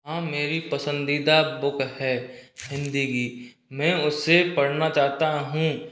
हाँ मेरी पसंदीदा बूक है हिंदी की मैं उसे पढ़ना चाहता हूँ